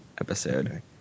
episode